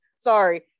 Sorry